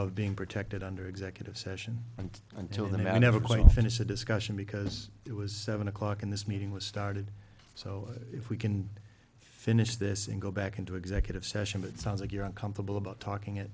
of being protected under executive session and until then i never quite finished the discussion because it was seven o'clock and this meeting was started so if we can finish this and go back into executive session it sounds like you're uncomfortable about talking it